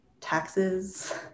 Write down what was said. taxes